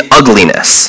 ugliness